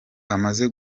amaze